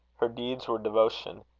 her deeds were devotion.